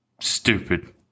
stupid